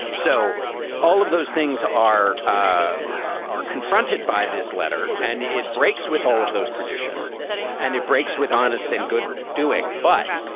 so all of those things are ah are confronted by this letter and it breaks with all of those traditions and it breaks with honest and good doing. but